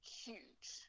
huge